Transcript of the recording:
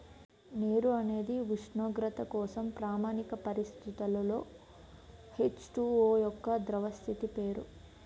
నీరు అనేది ఉష్ణోగ్రత కోసం ప్రామాణిక పరిస్థితులలో హెచ్.టు.ఓ యొక్క ద్రవ స్థితి పేరు